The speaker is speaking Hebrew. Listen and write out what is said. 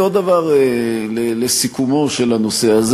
עוד דבר לסיכומו של הנושא הזה.